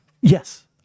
Yes